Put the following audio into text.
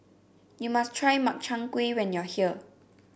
you must try Makchang Gui when you are here